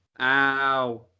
Ow